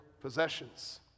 possessions